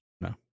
No